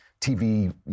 TV